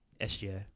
SGA